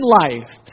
life